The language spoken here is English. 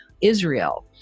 israel